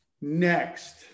Next